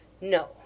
No